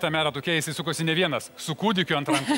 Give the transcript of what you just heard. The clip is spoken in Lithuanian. tame ratuke įsisukusi ne vienas su kūdikiu ant rankų